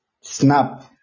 Snap